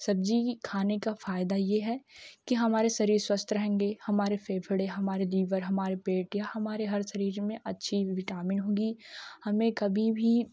सब्ज़ी खाने का फायदा यह है कि हमारे शरीर स्वस्थ रहेंगे हमारे फेफड़े हमारे लीवर हमारे पेट या हमारे हर शरीर में अच्छे विटामिन होगी हमें कभी भी